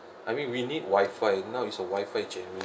I mean we need wifi now is a wifi generation